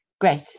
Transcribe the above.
Great